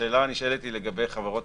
השאלה הנשאלת היא לגבי חברות